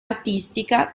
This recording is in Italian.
artistica